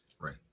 Right